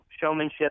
showmanship